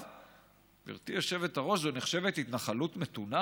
אגב, גברתי היושבת-ראש, זו נחשבת התנחלות מתונה.